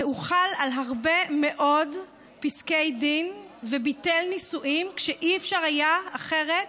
זה הוחל על הרבה מאוד פסקי דין וביטל נישואין כשאי-אפשר היה אחרת